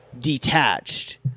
detached